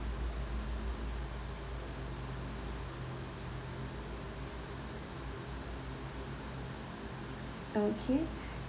okay